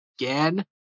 again